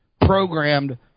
programmed